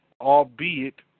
albeit